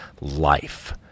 life